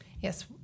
Yes